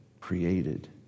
created